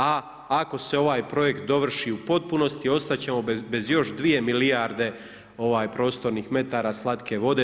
A ako se ovaj projekt dovrši u potpunosti ostat ćemo bez još dvije milijarde prostornih metara slatke vode.